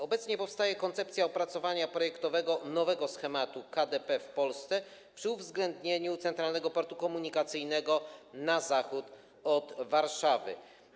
Obecnie powstaje koncepcja opracowania projektowego nowego schematu KDP w Polsce z uwzględnieniem Centralnego Portu Komunikacyjnego na zachód od Warszawy.